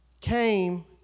came